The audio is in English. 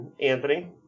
Anthony